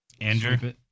Andrew